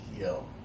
yo